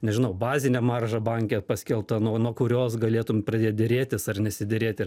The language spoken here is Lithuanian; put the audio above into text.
nežinau bazinė marža banke paskelbta nuo kurios galėtum pradėt derėtis ar nesiderėti